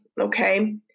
Okay